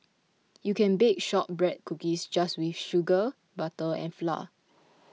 you can bake Shortbread Cookies just with sugar butter and flour